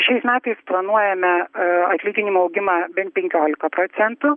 šiais metais planuojame atlyginimų augimą bent penkiolika procentų